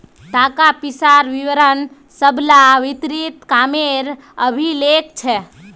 ताका पिसार विवरण सब ला वित्तिय कामेर अभिलेख छे